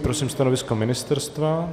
Prosím stanovisko ministerstva.